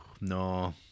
No